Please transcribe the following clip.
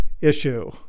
issue